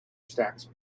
stacks